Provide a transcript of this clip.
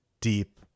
deep